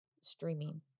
streaming